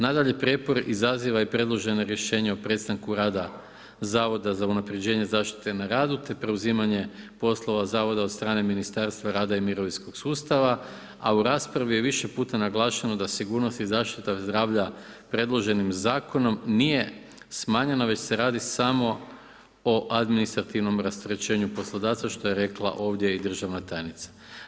Nadalje, prijepor izaziva i predloženo rješenje o prestanku rada Zavoda za unapređenje zaštite na radu te preuzimanje poslova Zavoda od strane Ministarstva rada i mirovinskog sustava, a u raspravi je više puta naglašeno da sigurnost i zaštita zdravlja predloženim zakonom nije smanjena, već se radi samo o administrativnom rasterećenju poslodavca što je rekla ovdje i državna tajnica.